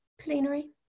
plenary